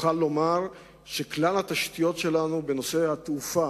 נוכל לומר שכלל התשתיות שלנו בנושא התעופה